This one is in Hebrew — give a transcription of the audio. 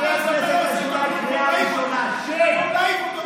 הוא, בגלל, נתת לו את, במקום להעיף אותו.